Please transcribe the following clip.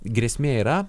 grėsmė yra